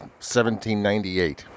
1798